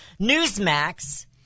Newsmax